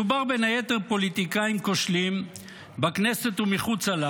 מדובר בין היתר בפוליטיקאים כושלים בכנסת ומחוצה לה